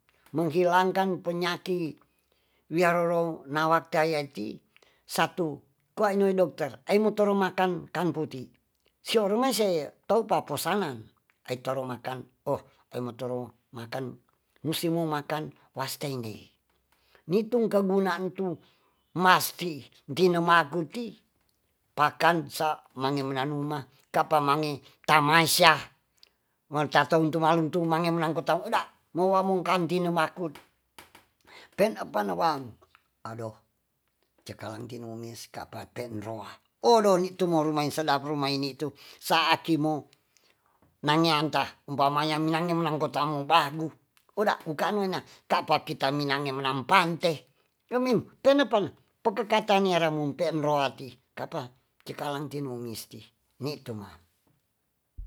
Mengilangkan penyaki wiraroro nawaki aiti satu kuaenu dokter aimoto rumakang kang puti soroimase topaposanan aitoromakan musti mo makan puasteine nitung kegunaantu masti tinamtuti pakansa menemanguma kapamange tamaisya mertatotumaluntung mange menang kota eda wowa mokantin makut deng apa newang adoh cakalangtinu sekapatendroa adoh nitimoro main sedap rumainitu saatimo nangeanta umamne minang minang kotamubagu oda ukan ngana kapa kita minange menang pante kemin kenepe pekekate ne roati kapa cakalang tunumisti nutuma.